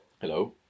Hello